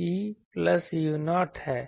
𝚹 u0 है